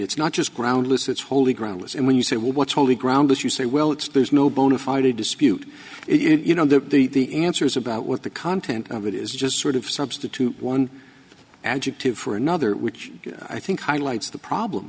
it's not just groundless it's holy ground listen when you say what's holy ground as you say well it's there's no bonafide to dispute it you know that the answers about what the content of it is just sort of substitute one adjective for another which i think highlights the problem